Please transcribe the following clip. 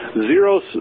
zero